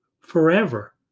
forever